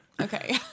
okay